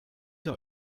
der